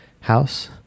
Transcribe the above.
house